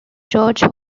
george